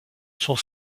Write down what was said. sont